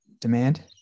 demand